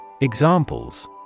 Examples